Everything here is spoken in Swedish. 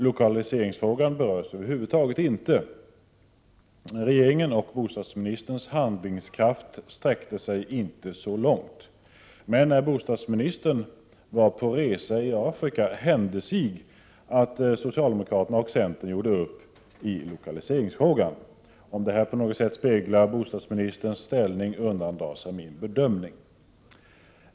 Lokaliseringsfrågan berörs över huvud taget inte. Regeringens och bostadsministerns handlingskraft sträcker sig inte så långt. Men när bostadsministern var på resa i Afrika gjorde socialdemokraterna och centern upp i lokaliseringsfrågan. Om detta på något sätt avspeglar bostadsministerns ställning undandrar sig min bedömning.